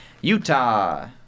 Utah